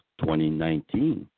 2019